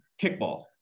kickball